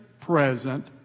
present